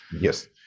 yes